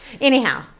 Anyhow